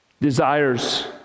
desires